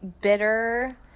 bitter